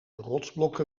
rotsblokken